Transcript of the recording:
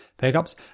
pickups